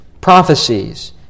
prophecies